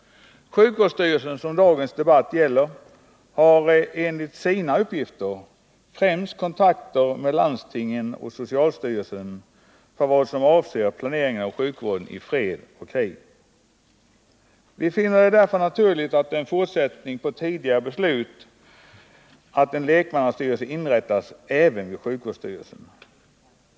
Sjukvårdsstyrelsen, som dagens debatt gäller, har enligt sina uppgifter främst kontakt med landstingen och socialstyrelsen när det gäller planeringen av sjukvården i fred och i krig. Vi finner det därför naturligt. som en fortsättning på tidigare beslut, att en lekmannastyrelse inrättas även vid sjukvårdsstyrelsen.